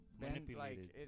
manipulated